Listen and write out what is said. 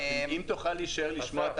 שתישאר לשמוע,